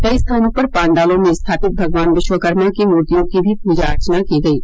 कई स्थानों पर पण्डालों में स्थापित भगवान विश्वकर्मा की मूर्तियों की भी पूजा अर्चना की गयी